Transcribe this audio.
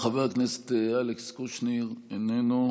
חבר הכנסת אלכס קושניר, איננו.